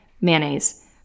Mayonnaise